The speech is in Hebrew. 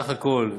סך הכול,